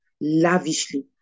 lavishly